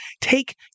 take